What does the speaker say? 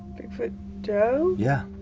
bigfoot joe? yeah.